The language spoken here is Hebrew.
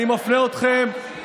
50 מיליארד.